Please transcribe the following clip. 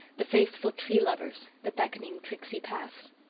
the faithful tree lovers, the beckoning, tricksy paths.